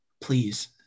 please